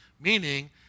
Meaning